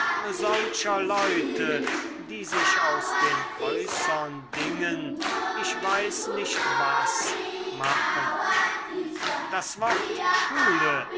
leute die sich aus den äußern dingen ich weiß nicht was machen das wort